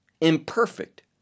imperfect